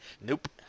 nope